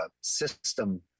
system